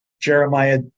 Jeremiah